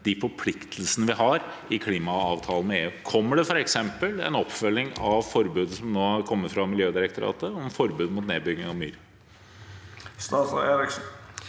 de forpliktelsene vi har i klimaavtalen med EU? Kommer det f.eks. en oppfølging av det som nå har kommet fra Miljødirektoratet om forbud mot nedbygging av myr?